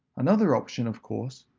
another option, of course,